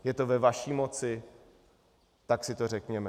Je to ve vaší moci, tak si to řekněme.